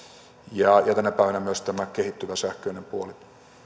ja ja tänä päivänä myös tämä kehittyvä sähköinen puoli